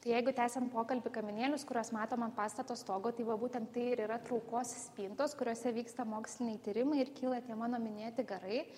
tai jeigu tęsiam pokalbį kaminėlius kuriuos matom ant pastato stogo tai va būtent tai ir yra traukos spintos kuriose vyksta moksliniai tyrimai ir kyla tie mano minėti garai